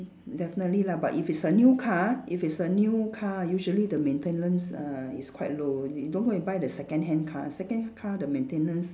definitely lah but if it's a new car if it's a new car usually the maintenance err is quite low only don't go and buy a second hand car second hand car the maintenance